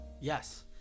Yes